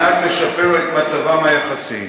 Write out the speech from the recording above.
על מנת לשפר את מצבם היחסי.